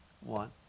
One